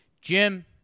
Jim